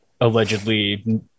allegedly